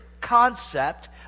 concept